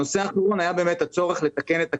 הנושא האחרון היה באמת הצורך לתקן את הכללים,